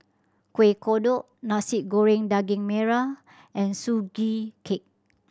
Kuih Kodok Nasi Goreng Daging Merah and Sugee Cake